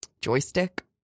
joystick